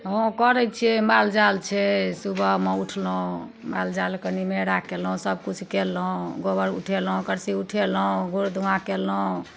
हँ करै छियै माल जाल छै सुबहमे उठलहुँ माल जालके निमेरा कयलहुँ सब किछु कयलहुँ गोबर उठेलहुँ कलसी उठेलहुँ गुड़ धुआँ कयलहुँ